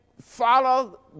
follow